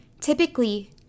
Typically